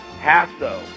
hasso